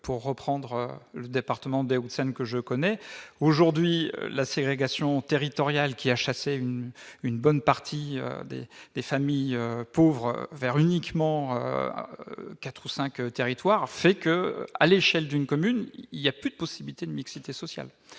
pour reprendre le département d'que je connais aujourd'hui la ségrégation territoriale qui a chassé une une bonne partie des des familles pauvres vers uniquement à 4 ou 5 territoires fait que, à l'échelle d'une commune, il y a plus de possibilité de mixité sociale,